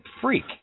freak